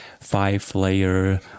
five-layer